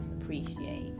Appreciate